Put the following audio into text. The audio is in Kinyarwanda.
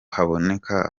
haboneka